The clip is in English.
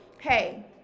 hey